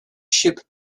ship